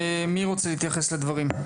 מי רוצה להתייחס לדברים?